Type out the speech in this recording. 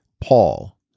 Paul